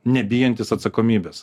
nebijantys atsakomybės